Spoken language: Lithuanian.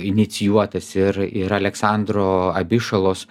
inicijuotas ir ir aleksandro abišalos